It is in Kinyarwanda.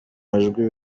majwi